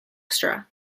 xtra